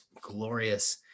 glorious